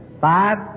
Five